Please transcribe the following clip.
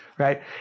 right